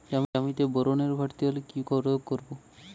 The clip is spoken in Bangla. জমিতে বোরনের ঘাটতি হলে কি প্রয়োগ করব?